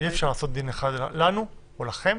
אי-אפשר לעשות דין אחד לנו או לכם